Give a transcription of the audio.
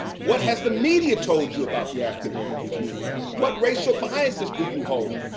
what has the media told you about the african american community? what racial biases do you hold?